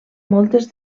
moltes